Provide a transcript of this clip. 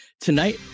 tonight